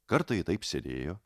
kartą ji taip sėdėjo